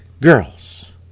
girls